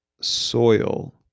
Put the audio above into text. soil